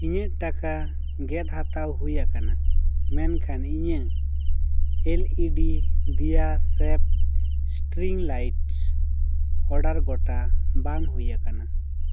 ᱤᱧᱟᱹᱜ ᱴᱟᱠᱟ ᱜᱮᱫ ᱦᱟᱛᱟᱣ ᱦᱩᱭ ᱟᱠᱟᱱᱟ ᱢᱮᱱᱠᱷᱟᱱ ᱤᱧᱟᱹᱜ ᱮᱞ ᱤ ᱰᱤ ᱫᱤᱭᱟ ᱥᱮᱯ ᱥᱴᱨᱤᱝ ᱞᱟᱭᱤᱴᱥ ᱚᱰᱟᱨ ᱜᱚᱴᱟ ᱵᱟᱝ ᱦᱩᱭᱟᱠᱟᱱᱟ